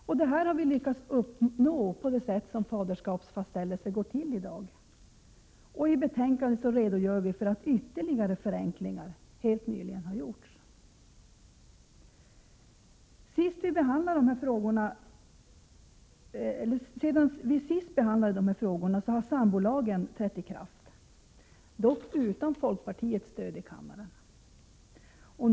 Detta har vi lyckats uppnå genom det sätt på vilket faderskapsfastställelser i dag går till, och i betänkandet redogörs för att ytterligare förenklingar helt nyligen har gjorts. Sedan vi senast behandlade dessa frågor har sambolagen trätt i kraft, dock utan folkpartiets stöd i kammaren.